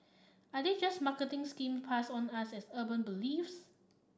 are they just marketing scheme passed on as urban beliefs